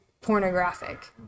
pornographic